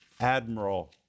admiral